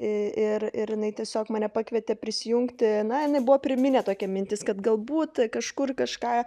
ir ir jinai tiesiog mane pakvietė prisijungti na jinai buvo pirminė tokia mintis kad galbūt kažkur kažką